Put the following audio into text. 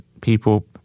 people